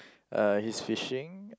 uh he's fishing